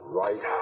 right